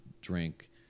drink